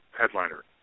headliner